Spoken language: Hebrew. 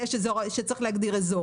שצריך להגדיר אזור.